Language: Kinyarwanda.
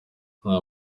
nta